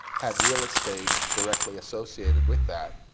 had real estate directly associated with that,